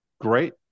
Great